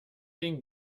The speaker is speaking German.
den